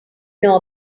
know